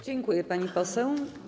Dziękuję, pani poseł.